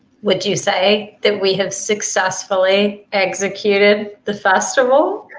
would you say that we have successfully executed the festival?